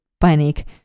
panic